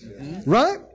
Right